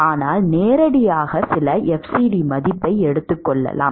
ஆனால் நேரடியாகவும் சில fcd மதிப்பை எடுத்துக் கொள்ளலாம்